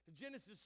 Genesis